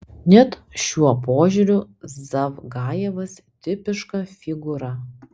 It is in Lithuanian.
net šiuo požiūriu zavgajevas tipiška figūra